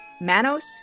Manos